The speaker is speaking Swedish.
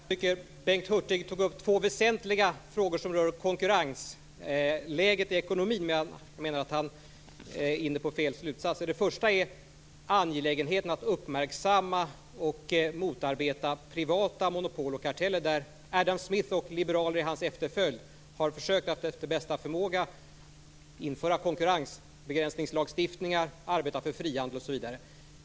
Herr talman! Jag tycker att Bengt Hurtig tog upp två väsentliga frågor som rör konkurrensläget i ekonomin, men jag menar att han är inne på fel slutsatser. Den första rör angelägenheten att uppmärksamma och motarbeta privata monopol och karteller. Där har Adam Smith och liberaler i hans efterföljd försökt att efter bästa förmåga införa konkurrensbegränsningslagstiftningar, arbeta för frihandel osv.